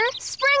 Spring